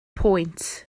pwynt